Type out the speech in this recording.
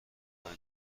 های